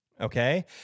Okay